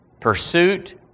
Pursuit